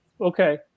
Okay